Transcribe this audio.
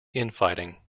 infighting